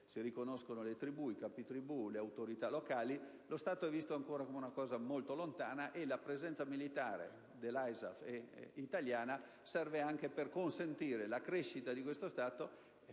riconoscersi nelle tribù, nei capi tribù e nelle autorità locali: lo Stato è visto ancora come una cosa molto lontana. La presenza militare dell'ISAF e italiana serve anche per consentire la crescita di questo Stato,